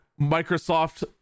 Microsoft